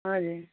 हजुर